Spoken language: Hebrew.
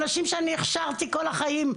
אנשים שאני עצמי הכשרתי כל החיים.